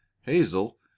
Hazel